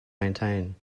maintain